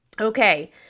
Okay